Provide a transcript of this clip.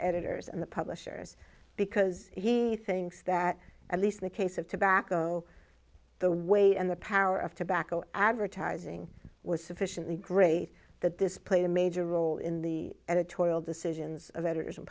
editors and the publishers because he thinks that at least the case of tobacco the way and the power of tobacco advertising was sufficiently great that this played a major role in the editorial decisions